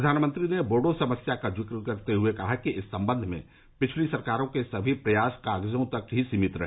प्रधानमंत्री ने बोडो समस्या का जिक्र करते हए कहा कि इस संबंध में पिछली सरकारों के सभी प्रयास कागजों तक सीमित रहे